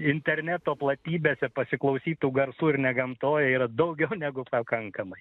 interneto platybėse pasiklausyt tų garsų ir ne gamtoje yra daugiau negu pakankamai